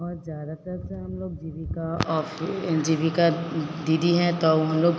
और ज़्यादातर से हम लोग जी बी का ऑफ एन जी बी का दीदी है तो ऊ हम लोग